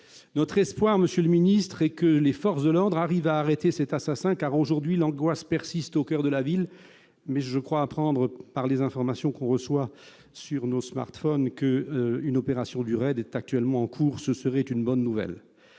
Notre espoir, monsieur le ministre, est que les forces de l'ordre arrivent à arrêter cet assassin, car, aujourd'hui, l'angoisse persiste au coeur de la ville. Je crois toutefois comprendre, à travers les informations que nous recevons sur nos smartphones, qu'une opération du RAID est en cours, ce qui serait une bonne nouvelle.